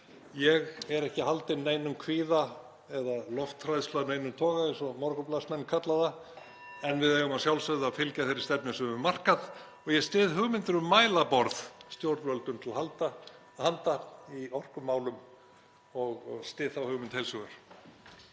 Ég er ekki haldinn neinum kvíða eða lofthræðslu af neinum toga, eins og Morgunblaðsmenn kalla það, (Forseti hringir.) en við eigum að sjálfsögðu að fylgja þeirri stefnu sem við höfum markað og ég styð hugmynd um mælaborð stjórnvöldum til handa í orkumálum. Ég styð þá hugmynd heils hugar.